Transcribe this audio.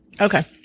Okay